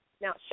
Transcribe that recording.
Now